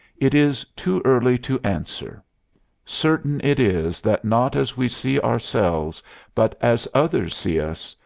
it is too early to answer certain it is that not as we see ourselves but as others see us,